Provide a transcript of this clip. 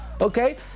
okay